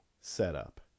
setup